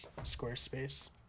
Squarespace